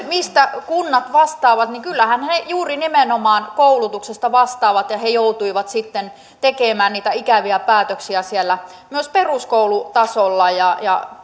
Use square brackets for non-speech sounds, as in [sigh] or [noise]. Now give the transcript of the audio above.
[unintelligible] mistä kunnat vastaavat niin kyllähän ne juuri nimenomaan koulutuksesta vastaavat ja ne joutuivat sitten tekemään niitä ikäviä päätöksiä myös peruskoulutasolla ja